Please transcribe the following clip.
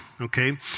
okay